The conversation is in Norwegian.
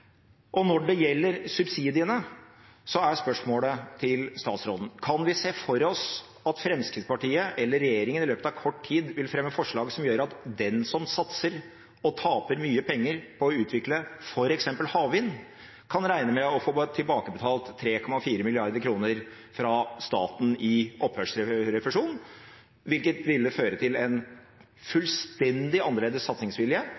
Når det gjelder subsidiene, er spørsmålet til statsråden: Kan vi se for oss at Fremskrittspartiet eller regjeringen i løpet av kort tid vil fremme forslag som gjør at den som satser og taper mye penger på å utvikle f.eks. havvind, kan regne med å få tilbakebetalt 3,4 mrd. kr fra staten i opphørsrefusjon, hvilket ville føre til en fullstendig annerledes satsingsvilje